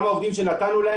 גם לעובדים שנתנו,